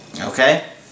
Okay